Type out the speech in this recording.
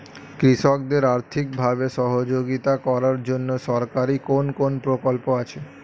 কৃষকদের আর্থিকভাবে সহযোগিতা করার জন্য সরকারি কোন কোন প্রকল্প আছে?